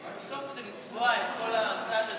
בסוף זה לצבוע את כל הצד הזה.